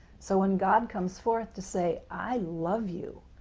so when god comes forth to say, i love you,